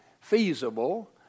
feasible